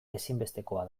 ezinbestekoa